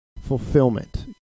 fulfillment